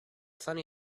funny